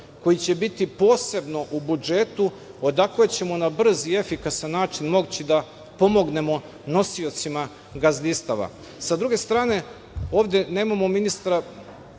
koji će biti posebno u budžetu odakle ćemo na brz i efikasan način moći da pomognemo nosiocima gazdinstava. Sa druge strane, ovde nemamo ministra